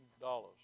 dollars